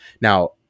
now